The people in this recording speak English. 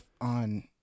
on